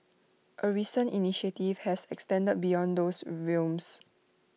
A recent initiative has extended beyond those realms